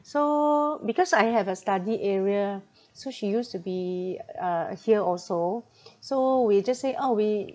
so because I have a study area so she used to be uh here also so we just say oh we